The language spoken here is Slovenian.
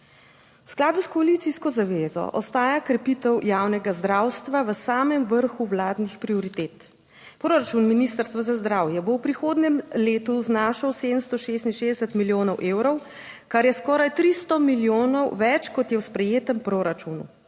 V skladu s koalicijsko zavezo ostaja krepitev javnega zdravstva v samem vrhu vladnih prioritet. Proračun Ministrstva za zdravje bo v prihodnjem letu znašal 766 milijonov evrov, kar je skoraj 300 milijonov več, kot je v sprejetem proračunu.